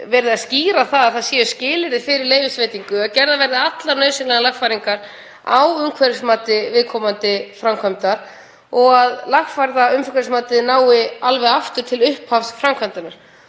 verið að skýra að það séu skilyrði fyrir leyfisveitingu. Gerðar verða allar nauðsynlegar lagfæringar á umhverfismati viðkomandi framkvæmdar og lagfærða umhverfismatið mun ná alveg aftur til upphafs framkvæmdarinnar.